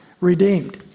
Redeemed